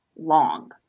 long